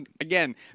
again